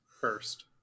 first